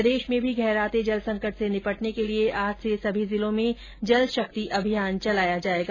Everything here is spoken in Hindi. प्रदेश में भी गहराते जल संकट से निपटने के लिए आज से सभी जिलो में जल शक्ति अभियान चलाया जायेगा